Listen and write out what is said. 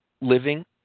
living